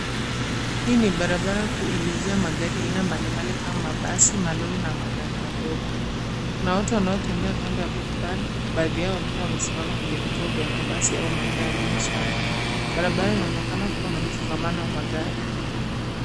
Hii ni barabara kuu iliyojaa magari aina mbalimbali kama mabasi, malori, na magari madogo. Kuna watu wanaotembea kando ya barabara, baadhi yao wakiwa wamesimama kwenye vituo vya mabasi, au maeneo ya biashara. Barabara inaonekana kuwa na msongamano wa magari.